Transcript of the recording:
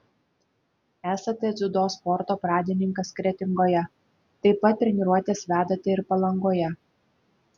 esate dziudo sporto pradininkas kretingoje taip pat treniruotes vedate ir palangoje